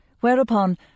whereupon